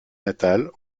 natal